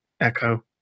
echo